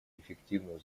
эффективную